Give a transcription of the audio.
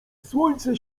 słońce